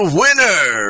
winner